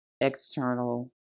external